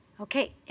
Okay